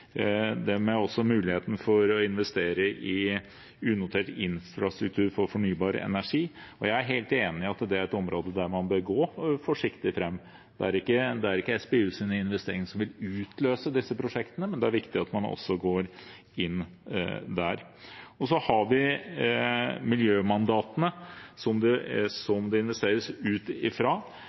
også mulighet for å investere i unotert infrastruktur for fornybar energi. Jeg er helt enig i at det er et område der man bør gå forsiktig fram. Det er ikke SPUs investering som vil utløse disse prosjektene, men det er viktig at man også går inn der. Så har vi miljømandatene, som det